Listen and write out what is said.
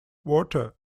water